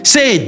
Say